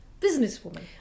businesswoman